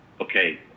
okay